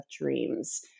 Dreams